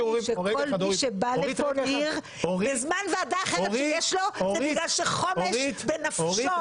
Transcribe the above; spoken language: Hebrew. כל מי שבא לדיון הזה, זה כי חומש בנפשו.